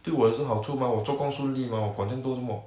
对我是好处 mah 我做工顺利 mah 我管这样多着么